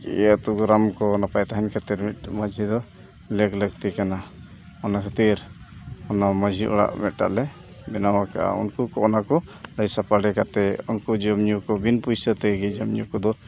ᱟᱹᱛᱩ ᱜᱚᱨᱟᱢ ᱠᱚ ᱱᱟᱯᱟᱭ ᱛᱟᱦᱮᱱ ᱠᱷᱟᱹᱛᱤᱨ ᱢᱤᱫ ᱢᱟᱺᱡᱷᱤ ᱫᱚ ᱞᱮᱠ ᱞᱟᱹᱠᱛᱤ ᱠᱟᱱᱟ ᱚᱱᱟ ᱠᱷᱟᱹᱛᱤᱨ ᱚᱱᱟ ᱢᱟᱺᱡᱷᱤ ᱚᱲᱟᱜ ᱢᱤᱫᱴᱟᱝ ᱞᱮ ᱵᱮᱱᱟᱣ ᱟᱠᱟᱫᱼᱟ ᱩᱱᱠᱩ ᱠᱚ ᱚᱱᱟ ᱠᱚ ᱞᱟᱹᱭ ᱥᱟᱯᱟᱰᱮ ᱠᱟᱛᱮ ᱩᱱᱠᱩ ᱡᱚᱢᱼᱧᱩ ᱠᱚ ᱵᱤᱱ ᱯᱚᱭᱥᱟ ᱛᱮᱜᱮ ᱡᱚᱢᱼᱧᱩ ᱠᱚᱫᱚ